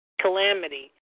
calamity